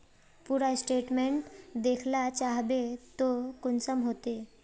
पूरा स्टेटमेंट देखला चाहबे तो कुंसम होते?